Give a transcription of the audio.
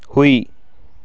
ꯍꯨꯏ